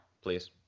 please